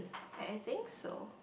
I think so